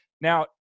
now